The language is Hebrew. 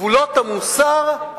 גבולות המוסר,